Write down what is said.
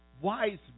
wise